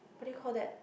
what do you call that